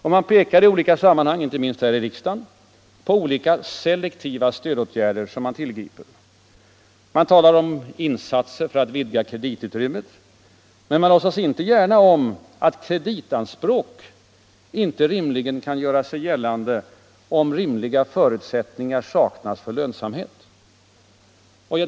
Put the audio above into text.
Man pekar i olika sammanhang, inte minst här i riksdagen, på olika selektiva stödåtgärder, som man tillgriper. Man talar om insatser för att vidga kreditutrymmet, men man låtsas inte gärna om att kreditanspråk inte rimligen kan göras gällande där rimliga förutsättningar för lönsamhet saknas.